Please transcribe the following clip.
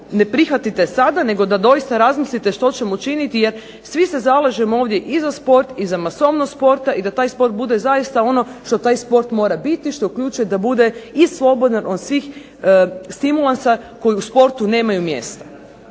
ne prihvatite sada nego da doista razmislite što ćemo učiniti jer svi se zalažemo ovdje i za sport i za masovnost sporta i da taj sport bude zaista ono što taj sport mora biti što uključuje da bude i slobodan od svih stimulansa koji u sportu nemaju mjesta.